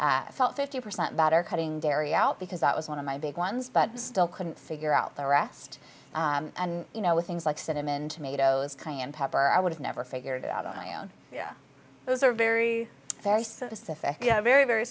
i felt fifty percent better cutting dairy out because that was one of my big ones but still couldn't figure out the rest and you know with things like cinnamon tomatoes cayenne pepper i would have never figured it out on my own yeah those are very very specific very very